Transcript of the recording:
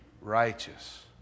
Righteous